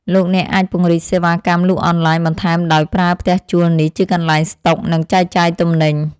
លោកអ្នកអាចពង្រីកសេវាកម្មលក់អនឡាញបន្ថែមដោយប្រើផ្ទះជួលនេះជាកន្លែងស្តុកនិងចែកចាយទំនិញ។